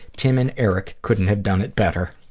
tim and eric couldn't have done it better.